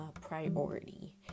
priority